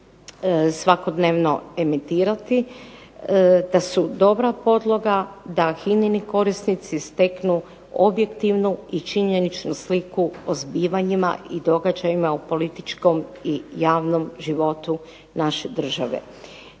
svakodnevno emitirati, da su dobra podloga da HINA-ini korisnici steknu objektivnu i činjeničnu sliku o zbivanjima i događajima u političkom i javnom životu naše države.